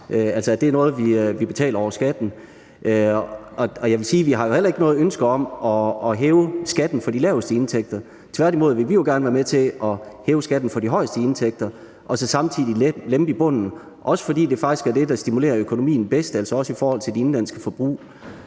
altså så det er noget, vi betaler over skatten, og jeg vil sige, at vi jo heller ikke har noget ønske om hæve skatten for de laveste indtægter. Tværtimod vil vi jo gerne være med til at hæve skatten for de højeste indtægter og samtidig lempe i bunden, også fordi det faktisk er det, der stimulerer økonomien bedst i forhold til det indenlandske forbrug.